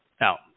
Now